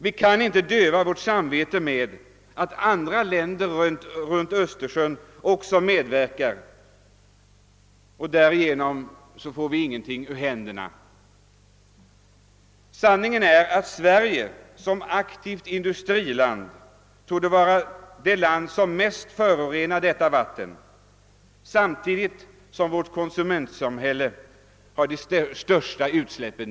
Vi kan inte döva vårt samvete med att andra länder runt denna sjö också medverkar till förstöringen och låta detta vara en ursäkt för att vi inte får någonting ur händerna. Sanningen är att Sverige som aktivt industriland torde vara det land som mest förorenar detta vatten samtidigt som vårt konsumentsamhälle gör de största utsläppen.